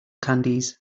candies